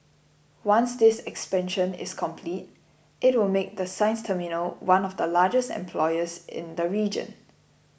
once this expansion is complete it will make the Sines terminal one of the largest employers in the region